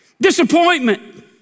Disappointment